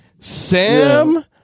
Sam